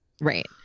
Right